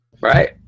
Right